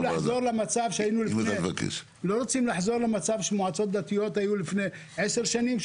לא רוצים לחזור למצב שהמועצות הדתיות היו לפני עשר שנים,